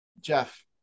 jeff